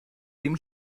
dim